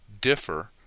differ